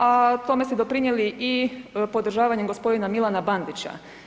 A tome ste doprinijeli i podržavanjem gospodina Milana Bandića.